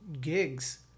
gigs